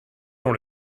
dans